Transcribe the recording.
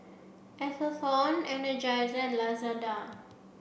Atherton Energizer and Lazada